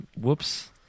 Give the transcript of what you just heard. Whoops